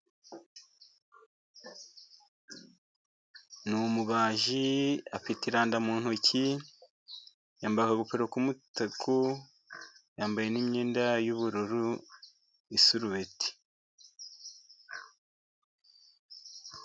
Ni umubaji, afite iranda mu ntoki, yambaye akagofero k'umutuku, yambaye n'imyenda y'ubururu, n'isarubeti.